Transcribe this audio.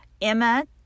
Emma